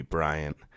Bryant